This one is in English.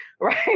right